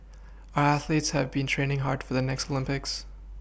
our athletes have been training hard for the next Olympics